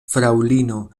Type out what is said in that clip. fraŭlino